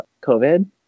COVID